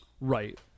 Right